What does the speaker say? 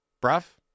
Bruff